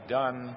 done